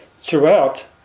throughout